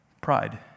Pride